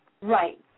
Right